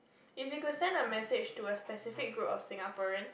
if you could send a message to a specific group of Singaporeans